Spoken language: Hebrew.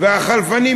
והחלפנים,